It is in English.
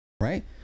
right